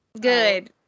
Good